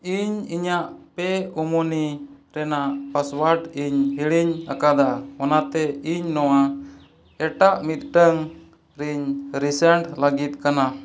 ᱤᱧ ᱤᱧᱟᱹᱜ ᱯᱮ ᱢᱟᱹᱱᱤ ᱨᱮᱭᱟᱜ ᱯᱟᱥᱚᱣᱟᱨᱰ ᱤᱧ ᱦᱤᱲᱤᱧ ᱟᱠᱟᱫᱟ ᱚᱱᱟᱛᱮ ᱤᱧ ᱱᱚᱣᱟ ᱮᱴᱟᱜ ᱢᱤᱫᱴᱟᱝ ᱨᱮᱧ ᱨᱤᱥᱮᱱᱴ ᱞᱟᱹᱜᱤᱫ ᱠᱟᱱᱟ